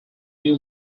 new